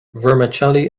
vermicelli